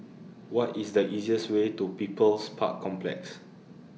What IS The easiest Way to People's Park Complex